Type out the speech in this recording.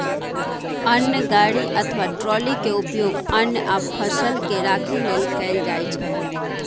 अन्न गाड़ी अथवा ट्रॉली के उपयोग अन्न आ फसल के राखै लेल कैल जाइ छै